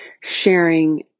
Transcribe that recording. sharing